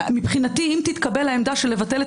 מבחינתי, אם תתקבל העמדה של לבטל את